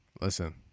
Listen